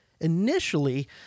Initially